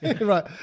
Right